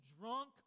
drunk